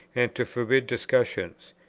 and to forbid discussions.